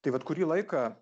tai vat kurį laiką